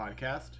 podcast